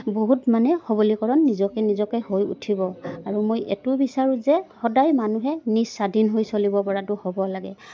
বহুত মানে সবলীকৰণ নিজকে নিজকে হৈ উঠিব আৰু মই এইটোও বিচাৰোঁ যে সদায় মানুহে নিজ স্বাধীন হৈ চলিব পৰাটো হ'ব লাগে